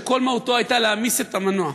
שכל מהותו הייתה להמיס את המנוע.